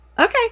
okay